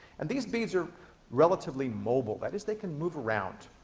and these beads are relatively mobile. that is, they can move around.